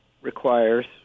requires